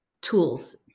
tools